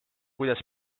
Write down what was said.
kuidas